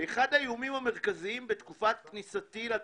"אחד האיומים המרכזיים בתקופת כניסתי לתפקיד"